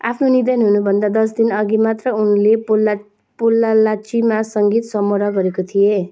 आफ्नो निधन हुनुभन्दा दस दिनअघि मात्र उनले पोल्ला पोल्लालाचीमा सङ्गीत समारोह गरेको थिए